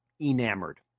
enamored